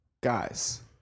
guys